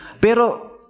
Pero